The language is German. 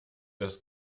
das